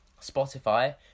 Spotify